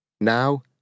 Now